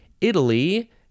Italy